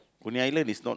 Coney-Island is not